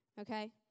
Okay